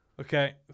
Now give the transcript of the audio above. okay